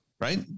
Right